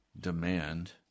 demand